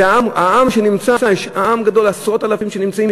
זה העם שנמצא, עם גדול, עשרות אלפים שנמצאים.